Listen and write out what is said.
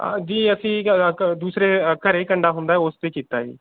ਅ ਜੀ ਅਸੀਂ ਅ ਕ ਦੂਸਰੇ ਅ ਘਰ ਹੀ ਕੰਡਾ ਹੁੰਦਾ ਉਸ 'ਤੇ ਕੀਤਾ ਜੀ